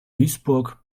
duisburg